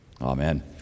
Amen